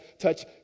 touch